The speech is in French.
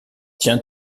tiens